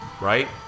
right